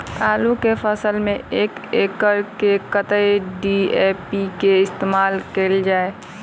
आलु केँ फसल मे एक एकड़ मे कतेक डी.ए.पी केँ इस्तेमाल कैल जाए?